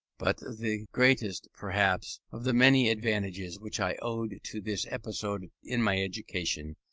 but the greatest, perhaps, of the many advantages which i owed to this episode in my education,